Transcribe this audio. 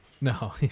No